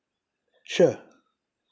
sure